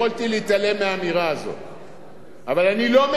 אבל אני לא מקבל, כן, גם כחבר באופוזיציה,